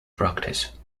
practice